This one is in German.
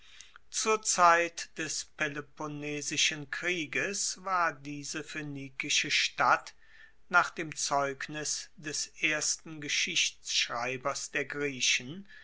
zur zeit des peloponnesischen krieges war diese phoenikische stadt nach dem zeugnis des ersten geschichtschreibers der griechen